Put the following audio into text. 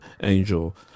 angel